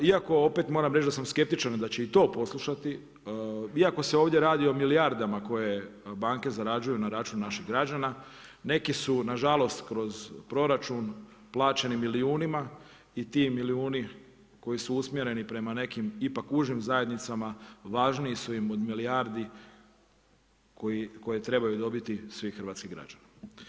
Iako opet moram reći da sam skeptičan da će i to poslušati, iako se ovdje radi o milijardama koje banke zarađuju na račun naših građana neki su na žalost kroz proračun plaćeni milijunima i ti milijuni koji su usmjereni prema nekim ipak užim zajednicama važniji su im od milijardi koje trebaju dobiti svi hrvatski građani.